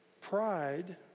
Pride